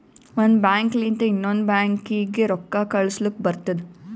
ಒಂದ್ ಬ್ಯಾಂಕ್ ಲಿಂತ ಇನ್ನೊಂದು ಬ್ಯಾಂಕೀಗಿ ರೊಕ್ಕಾ ಕಳುಸ್ಲಕ್ ಬರ್ತುದ